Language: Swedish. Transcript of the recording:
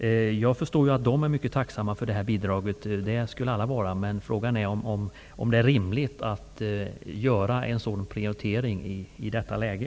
Jag förstår att de är mycket tacksamma över det här bidraget, det skulle alla vara, men frågan är om det är rimligt att göra en sådan prioritering i detta läge.